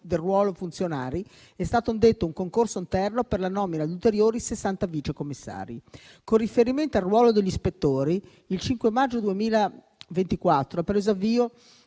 del ruolo funzionari, è stato indetto un concorso interno per la nomina di ulteriori 60 vice commissari. Con riferimento al ruolo degli ispettori, il 5 maggio 2024 ha preso avvio